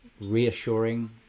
reassuring